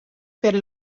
per